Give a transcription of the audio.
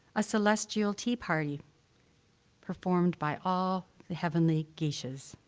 a celestial tea party performed by all the heavenly geishas.